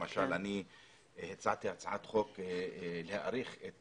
למשל, הצעתי הצעת חוק להאריך את